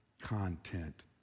content